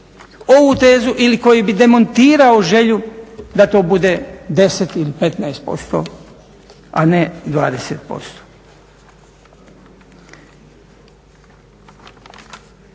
ovu tezu ili koji bi demontirao želju da to bude 10 ili 15% a ne 20%.